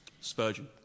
Spurgeon